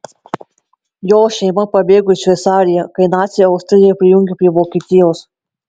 jo šeima pabėgo į šveicariją kai naciai austriją prijungė prie vokietijos